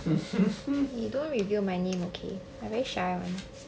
eh you don't reveal my name okay I very shy [one]